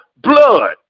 blood